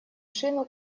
шину